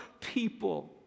people